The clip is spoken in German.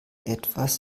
etwas